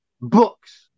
books